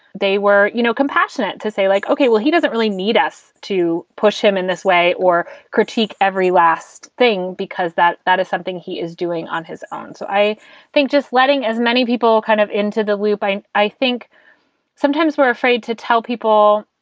they were you know compassionate to say, like, ok, well, he doesn't really need us to push him in this way or critique every last thing because that that is something he is doing on his own so i think just letting as many people kind of into the loop, i i think sometimes we're afraid to tell people,